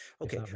Okay